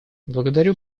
благодарю